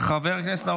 חבר הכנסת גלעד קריב,